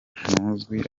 hamwe